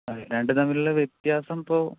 രണ്ടും തമ്മിലുള്ള വ്യത്യാസം ഇപ്പോൾ